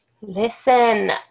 Listen